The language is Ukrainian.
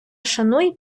шануй